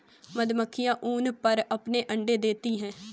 मक्खियाँ ऊन पर अपने अंडे देती हैं